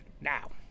Now